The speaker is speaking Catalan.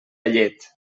llet